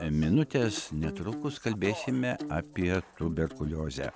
minutės netrukus kalbėsime apie tuberkuliozę